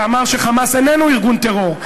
שאמר ש"חמאס" איננו ארגון טרור.